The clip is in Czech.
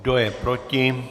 Kdo je proti?